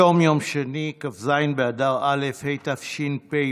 היום יום שני, כ"ז באדר א' התשפ"ב,